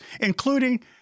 including